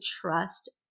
trust